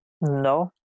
no